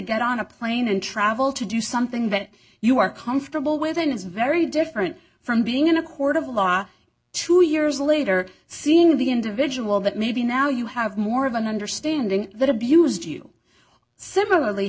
get on a plane and travel to do something that you are comfortable with and it's very different from being in a court of law two years later seeing the individual that maybe now you have more of an understanding that abused you similarly